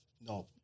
no